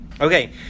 okay